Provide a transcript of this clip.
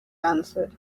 answered